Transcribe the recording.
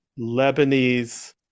Lebanese